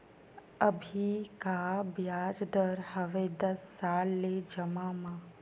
अभी का ब्याज दर हवे दस साल ले जमा मा?